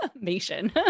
Nation